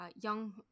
Young